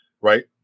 right